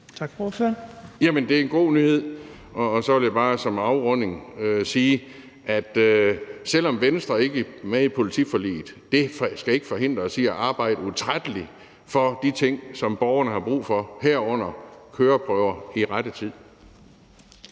Pihl Lorentzen (V): Jamen det er en god nyhed. Og så vil jeg bare som afrunding sige, at selv om Venstre ikke er med i politiforliget, skal det ikke forhindre os i at arbejde utrætteligt for de ting, som borgerne har brug for, herunder køreprøver i rette tid.